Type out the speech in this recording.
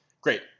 Great